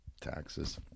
Taxes